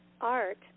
art